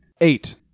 Eight